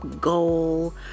goal